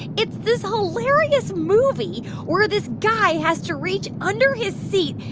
it's this hilarious movie where this guy has to reach under his seat.